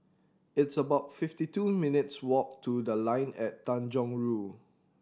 it's about fifty two minutes walk to The Line at Tanjong Rhu